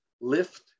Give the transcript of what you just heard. lift